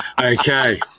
Okay